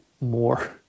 more